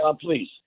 please